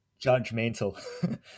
judgmental